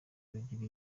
rugira